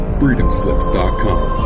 freedomslips.com